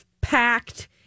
packed